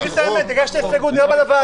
תגיד את האמת, הגשת הסתייגות על הוועדה.